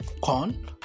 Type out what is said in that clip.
corn